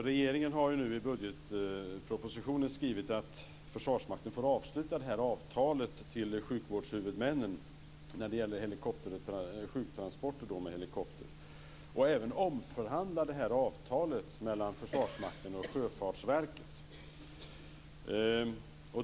Regeringen har i budgetpropositionen skrivit att Försvarsmakten får avsluta avtalet med sjukvårdshuvudmännen när det gäller sjuktransporter med helikopter och även omförhandla avtalet mellan Försvarsmakten och Sjöfartsverket.